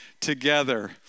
together